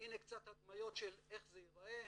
הנה קצת הדמיות של איך זה יראה.